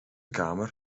kamer